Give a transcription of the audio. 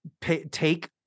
take